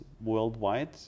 worldwide